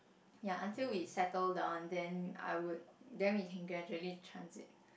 ya until we settle down then I would then we can gradually transit